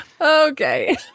Okay